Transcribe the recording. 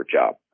job